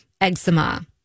eczema